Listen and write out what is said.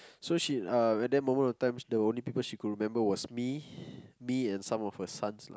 so she uh at that moment of time the only people she could remember was me me and some of her sons lah